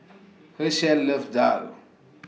Hershell loves Daal